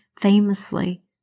famously